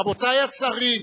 רבותי השרים,